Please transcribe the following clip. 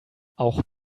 auch